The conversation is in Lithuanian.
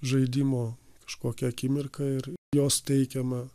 žaidimo kažkokią akimirką ir jos teikiamą